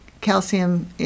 calcium